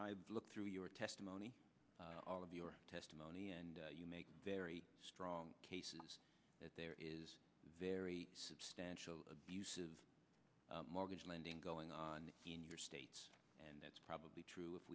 i look through your testimony all of your testimony and you make a very strong case is that there is very substantial abuses mortgage lending going on in your state and that's probably true if